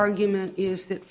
argument is that